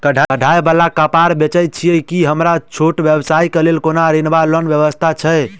कढ़ाई वला कापड़ बेचै छीयै की हमरा छोट व्यवसाय केँ लेल कोनो ऋण वा लोन व्यवस्था छै?